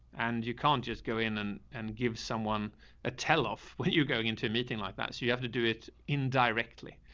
and you can't just go in and, and give someone a tell off when you're going into a meeting like that. so you have to do it. yeah. indirectly.